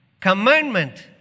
commandment